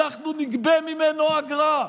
אנחנו נגבה ממנו אגרה,